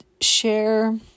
share